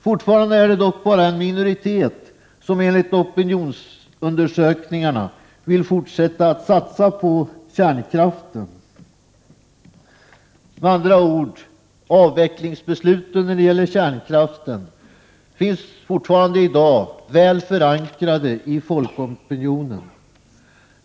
Fortfarande är det dock bara en minoritet som enligt opinionsundersökningarna vill fortsätta att satsa på kärnkraft. Med andra ord: beslutet om avveckling av kärnkraften är fortfarande väl förankrat hos folkopinionen.